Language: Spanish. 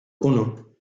uno